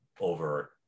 over